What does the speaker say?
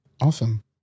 Awesome